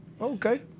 Okay